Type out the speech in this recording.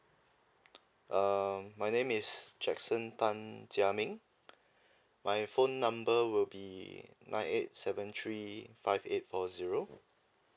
err my name is jackson tan jia ming my phone number will be nine eight seven three five eight four zero